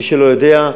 מי שלא יודע,